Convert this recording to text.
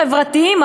חברתיים,